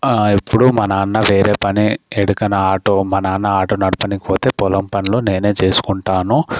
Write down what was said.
ఇప్పుడు మా నాన్న వేరే పని ఎక్కడికన్నా ఆటో మా నాన్న ఆటో నడపనీకిపోతే పొలం పనులు నేనే చేసుకుంటాను